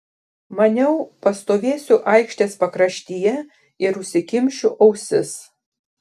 maniau pastovėsiu aikštės pakraštyje ir užsikimšiu ausis